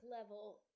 level